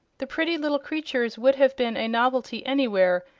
the pretty little creatures would have been a novelty anywhere,